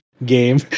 game